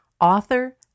author